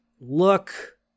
look